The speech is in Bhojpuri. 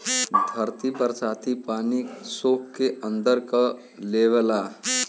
धरती बरसाती पानी के सोख के अंदर कर लेवला